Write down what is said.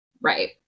Right